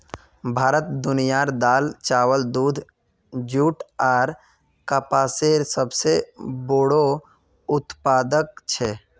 भारत दुनियार दाल, चावल, दूध, जुट आर कपसेर सबसे बोड़ो उत्पादक छे